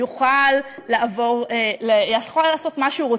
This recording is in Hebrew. יוכל לעשות מה שהוא רוצה.